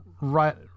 right